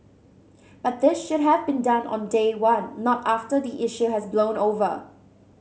but this should have been done on day one not after the issue has blown over